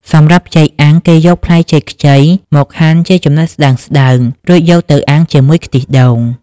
សម្រាប់ចេកអាំង គេយកផ្លែចេកខ្ចីមកហាន់ជាចំណិតស្តើងៗ រួចយកទៅអាំងជាមួយខ្ទិះដូង។